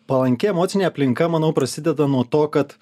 palanki emocinė aplinka manau prasideda nuo to kad